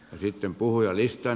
sitten puhujalistaan